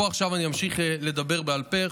עכשיו אני אמשיך לדבר בעל פה,